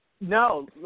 No